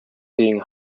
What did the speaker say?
being